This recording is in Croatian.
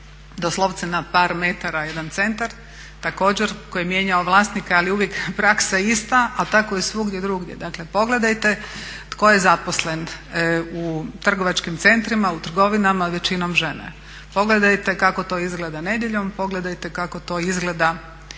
doslovce na par metara jedan centar također koji je mijenjao vlasnika ali je uvijek praksa ista, a tako i svugdje drugdje, dakle pogledajte tko je zaposlen u trgovačkim centrima, u trgovinama – većinom žene. Pogledajte kako to izgleda nedjeljom, pogledajte kako to izgleda